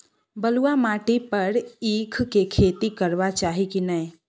बलुआ माटी पर ईख के खेती करबा चाही की नय?